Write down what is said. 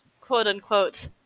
quote-unquote